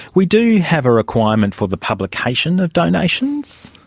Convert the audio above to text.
we do have a requirement for the publication of donations?